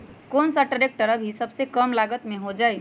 कौन सा ट्रैक्टर अभी सबसे कम लागत में हो जाइ?